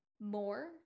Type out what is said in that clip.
more